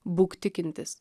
būk tikintis